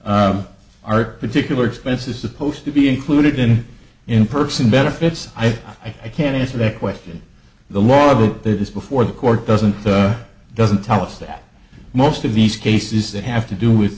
you are particular expenses supposed to be included in in person benefits i can't answer that question the law though that is before the court doesn't doesn't tell us that most of these cases that have to do with